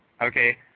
Okay